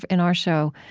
in our show,